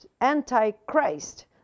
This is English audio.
Antichrist